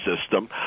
system